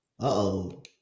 Uh-oh